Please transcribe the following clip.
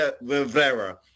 Rivera